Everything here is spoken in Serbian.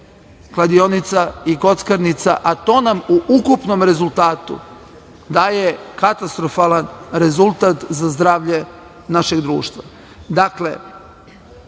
kladionica i kockarnica, a to nam u ukupnom rezultatu daje katastrofalan rezultat za zdravlje našeg društva. Dakle,